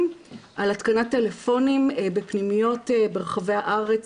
על התקנת טלפונים בפנימיות ברחבי הארץ,